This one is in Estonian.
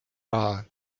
raha